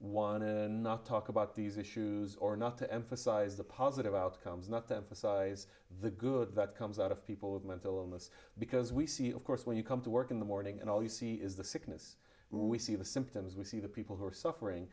one and not talk about these issues or not to emphasize the positive outcomes not their for size the good that comes out of people with mental illness because we see of course when you come to work in the morning and all you see is the sickness we see the symptoms we see the people who are suffering